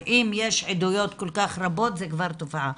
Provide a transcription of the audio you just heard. אם יש עדויות כל כך רבות, זה כבר תופעה.